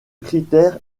critère